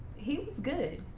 he was good.